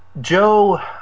Joe